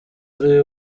uri